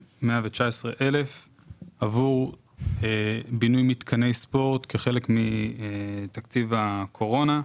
עבור בינוי מתקני ספורט כחלק מתקציב הקורונה.